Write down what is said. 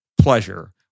pleasure